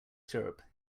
syrup